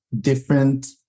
different